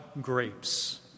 grapes